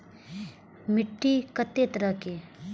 मिट्टी कतेक तरह के?